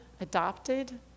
adopted